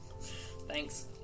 thanks